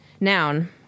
Noun